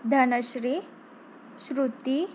Dhanashree Shruti